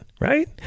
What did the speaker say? Right